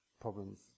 problems